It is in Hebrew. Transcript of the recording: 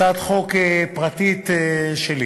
הצעת חוק פרטית שלי.